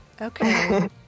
Okay